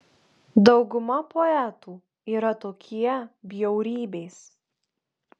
dauguma poetų yra tokie bjaurybės